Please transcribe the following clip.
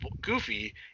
goofy